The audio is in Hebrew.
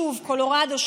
שוב קולורדו,